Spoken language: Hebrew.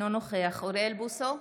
אינו נוכח אוריאל בוסו,